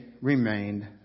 remained